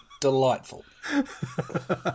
Delightful